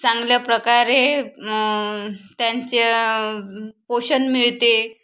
चांगल्या प्रकारे त्यांच्या पोषण मिळते